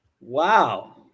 wow